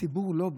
הציבור לא בא.